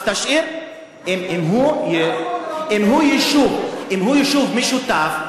אם הוא יישוב משותף,